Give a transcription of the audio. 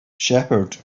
shepherd